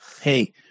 hey